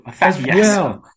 yes